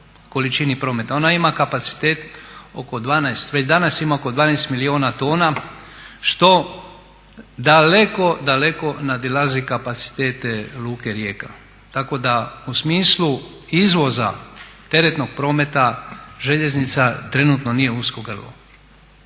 količini prometa. Ona ima kapacitet oko 12, već danas ima oko 12 milijuna tona što daleko, daleko nadilazi kapacitete Luke Rijeka. Tako da u smislu izvoza teretnog prometa željeznica trenutno nije usko grlo.